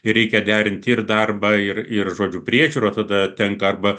ir reikia derinti ir darbą ir ir žodžių priežiūra tada tenka arba